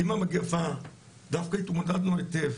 עם המגפה דווקא התמודדנו היטב,